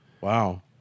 Wow